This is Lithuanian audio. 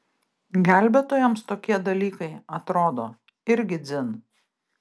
gelbėtojams tokie dalykai atrodo irgi dzin